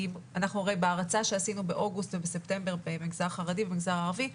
בהרצה שעשינו באוגוסט ובספטמבר במגזר החרדי ובמגזר הערבי,